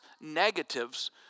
negatives